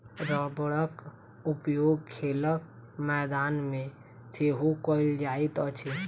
रबड़क उपयोग खेलक मैदान मे सेहो कयल जाइत अछि